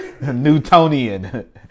Newtonian